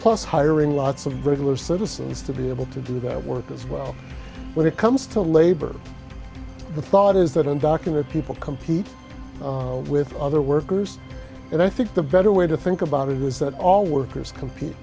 plus hiring lots of regular citizens to be able to do their work as well when it comes to labor the thought is that undocumented people compete with other workers and i think the better way to think about it is that all workers compete